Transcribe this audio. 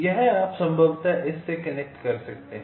यह आप संभवतः इस से कनेक्ट कर सकते हैं